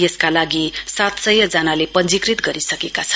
यसका लागि सातसय जनाले पञ्जीकृत गरिसकेका छन्